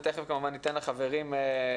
ותיכף כמובן ניתן לחברים להתייחס,